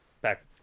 back